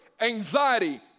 anxiety